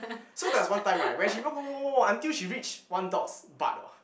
so there's one time right when she walk walk walk walk walk until she reach one dog's butt oh